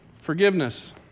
Forgiveness